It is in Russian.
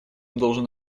должен